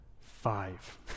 Five